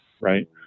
right